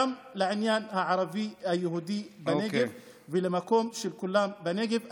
גם לעניין הערבי היהודי בנגב ולמקום של כולם בנגב,